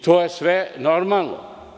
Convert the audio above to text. To je sve normalno.